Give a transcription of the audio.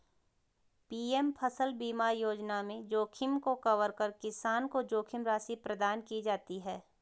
PM फसल बीमा योजना में जोखिम को कवर कर किसान को जोखिम राशि प्रदान की जाती है